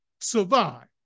survive